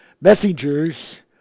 messengers